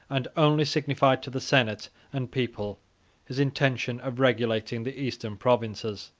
and only signified to the senate and people his intention of regulating the eastern provinces.